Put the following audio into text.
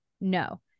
no